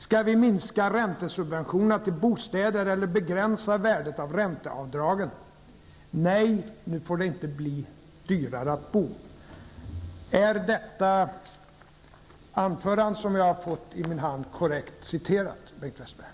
Skall vi minska räntesubventionerna till bostäder eller begränsa värdet av ränteavdragen? Nej, nu får det inte bli dyrare att bo!'' Är detta anförande, som jag har fått i min hand, korrekt citerat, Bengt Westerberg?